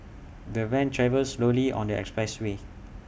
the van travelled slowly on the expressway